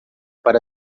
para